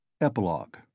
EPILOGUE